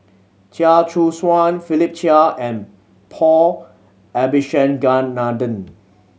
Chia Choo Suan Philip Chia and Paul Abisheganaden